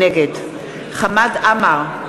נגד חמד עמאר,